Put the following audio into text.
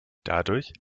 dadurch